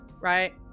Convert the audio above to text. right